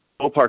ballpark